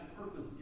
purpose